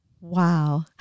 Wow